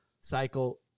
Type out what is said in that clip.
cycle